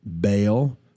bail